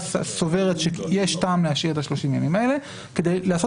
סוברת שיש טעם להשאיר את ה-30 הימים האלה כדי לעשות